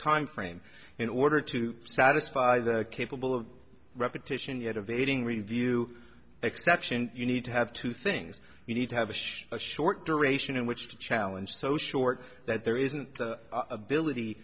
timeframe in order to satisfy the capable of repetition it evading review exception you need to have two things you need to have a short duration in which to challenge so short that there isn't the ability